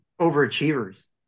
overachievers